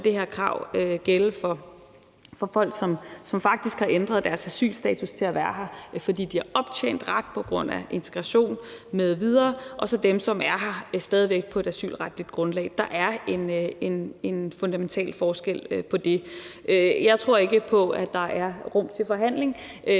det her krav gælde for folk, som faktisk har ændret deres asylstatus til at være her, fordi de har optjent ret på grund af integration m.v., og så dem, som stadig væk er her på et asylretligt grundlag. Der er en fundamental forskel på det. Jeg tror ikke på, at der er rum til forhandling,